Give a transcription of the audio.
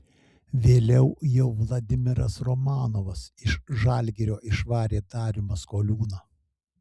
vėliau jau vladimiras romanovas iš žalgirio išvarė darių maskoliūną